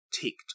ticked